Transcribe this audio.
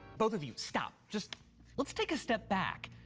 both of you, stop. just let's take a step back.